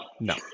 no